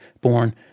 born